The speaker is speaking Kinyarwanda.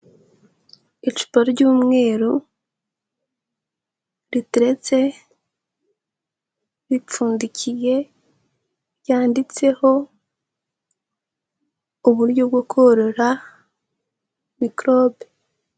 Icupa ry'umweru riteretse ripfundikiye, ryanditseho uburyo bwo korora mikorobe.